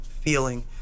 feeling